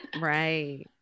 right